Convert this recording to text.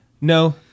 no